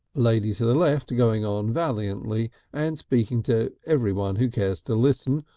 lady to the left going on valiantly and speaking to everyone who cares to listen,